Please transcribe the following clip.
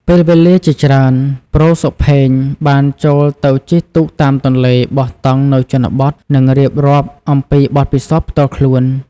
ពេលវេលាជាច្រើន ប្រូ សុផេង បានចូលទៅជិះទូកតាមទន្លេ បោះតង់នៅជនបទ និងរៀបរាប់អំពីបទពិសោធន៍ផ្ទាល់ខ្លួន។